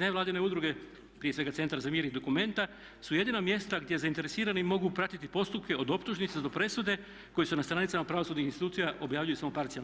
nevladine udruge, prije svega Centar za mir i DOCUMENTA su jedina mjesta gdje zainteresirani mogu pratiti postupke od optužnice do presude koji se na stranicama pravosudnih institucija objavljuju samo parcijalno.